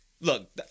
Look